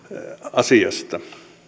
asiasta